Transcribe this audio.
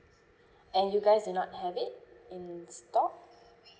and you guys did not have in stock